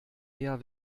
eher